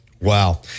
Wow